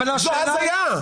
זו הזיה.